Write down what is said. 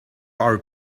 our